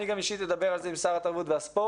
גם אני אישית אדבר על זה עם שר התרבות והספורט.